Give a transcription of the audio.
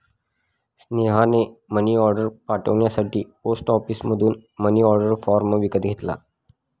स्नेहाने मनीऑर्डर पाठवण्यासाठी पोस्ट ऑफिसमधून मनीऑर्डर फॉर्म विकत घेतला